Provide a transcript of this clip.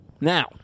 Now